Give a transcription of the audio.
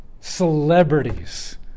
celebrities